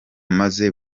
maze